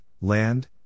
Land